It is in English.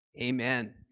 Amen